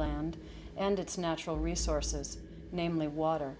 land and its natural resources namely water